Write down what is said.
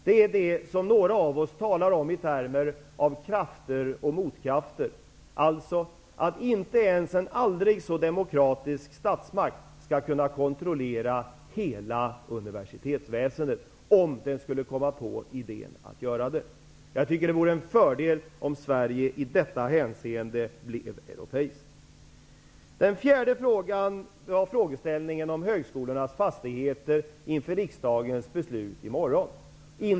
Det är det som några av oss talar om i termer av krafter och motkrafter, alltså att inte ens en aldrig så demokratisk statsmakt skall kunna kontrollera hela universitetsväsendet, om den skulle komma på den idéen. Jag tycker att det vore till fördel om Sverige i detta hänseende blev europeiskt. Den fjärde frågan handlade om högskolans fastigheter inför riksdagens beslut i morgon.